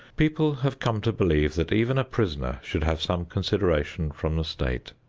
people have come to believe that even a prisoner should have some consideration from the state.